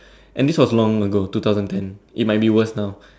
and this was long ago two thousand ten it might be worse now